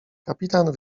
kapitan